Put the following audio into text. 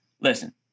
listen